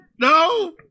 No